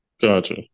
Gotcha